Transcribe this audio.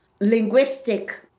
linguistic